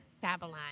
Babylon